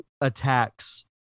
attacks